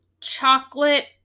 chocolate